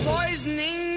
Poisoning